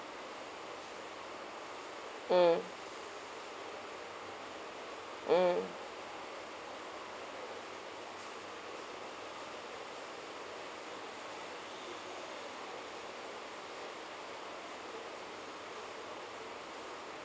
mm mm